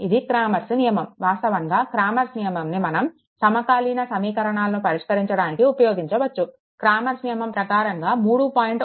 ఇది క్రామర్స్ నియమం వాస్తవంగా క్రామర్స్ నియమాన్ని మనం సమకాలీన సమీకరణాలను పరిష్కరించడానికి ఉపయోగించవచ్చు క్రామర్స్ నియమం ప్రకారంగా 3